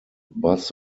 bus